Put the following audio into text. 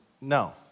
no